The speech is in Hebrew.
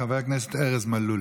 חבר הכנסת ארז מלול